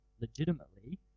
legitimately